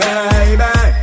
Baby